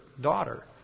daughter